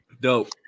Dope